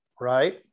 Right